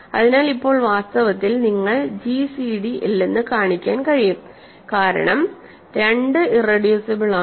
അതിനാൽ ഇപ്പോൾ വാസ്തവത്തിൽ നിങ്ങൾക്ക് gcd ഇല്ലെന്ന് കാണിക്കാൻ കഴിയും കാരണം 2 ഇറെഡ്യൂസിബിൾ ആണ്